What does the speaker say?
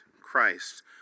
Christ